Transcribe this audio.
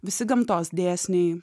visi gamtos dėsniai